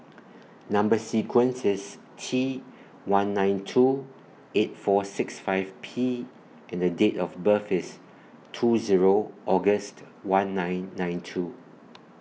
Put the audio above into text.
Number sequence IS T one nine two eight four six five P and Date of birth IS two Zero August one nine nine two